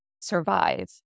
survive